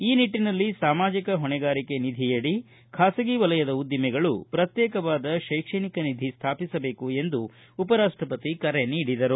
ಈ ನಿಟ್ಟನಲ್ಲಿ ಸಾಮಾಜಿಕ ಹೊಣೆಗಾರಿಕೆ ನಿಧಿಯಡಿ ಖಾಸಗಿ ವಲಯದ ಉದ್ದಿಮೆಗಳು ಪ್ರತ್ಯೇಕವಾದ ಶೈಕ್ಷಣಿಕ ನಿಧಿ ಸ್ಥಾಪಿಸಬೇಕು ಎಂದು ಉಪರಾಷ್ಟಪತಿಗಳು ಕರೆ ನೀಡಿದರು